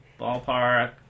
Ballpark